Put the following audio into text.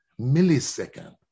millisecond